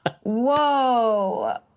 Whoa